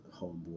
Homeboy